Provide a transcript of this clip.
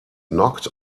knocked